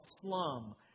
slum